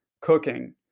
cooking